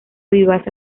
vivaz